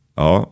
ja